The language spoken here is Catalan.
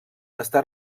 està